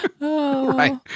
Right